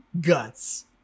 guts